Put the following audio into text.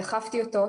דחפתי אותו,